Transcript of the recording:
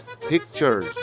pictures